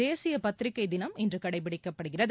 தேசிய பத்திரிகை தினம் இன்று கடைப்பிடிக்கப்படுகிறது